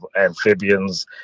amphibians